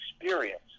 experience